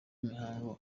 mihango